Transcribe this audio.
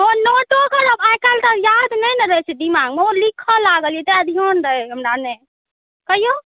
आइकाल्हि तऽ याद नहि ने रहै छै दिमागमे ओ लिखऽ लागलियै तैं ध्यान रहै हमरा नहि कहिऔ